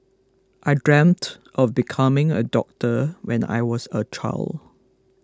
I dreamt of becoming a doctor when I was a child